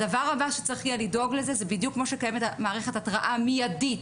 הדבר הבא שצריך יהיה לדאוג זה בדיוק כמו שקיימת מערכת התראה מידית